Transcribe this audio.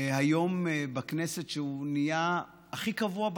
בכנסת שנהיה הכי קבוע,